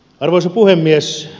arvoisa puhemies